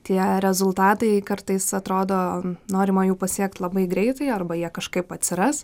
tie rezultatai kartais atrodo norima jų pasiekt labai greitai arba jie kažkaip atsiras